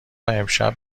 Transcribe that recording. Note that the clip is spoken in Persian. امشب